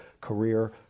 career